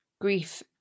grief